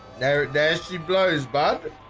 there she blows back